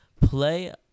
Play